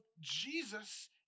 Jesus